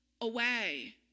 away